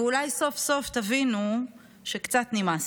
ואולי סוף-סוף תבינו שקצת נמאס.